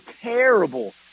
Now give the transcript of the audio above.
terrible